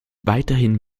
weiterhin